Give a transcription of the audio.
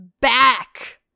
back